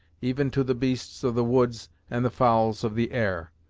even to the beasts of the woods and the fowls of the air.